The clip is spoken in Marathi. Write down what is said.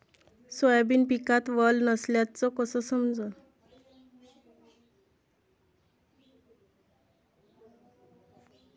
सोयाबीन पिकात वल नसल्याचं कस समजन?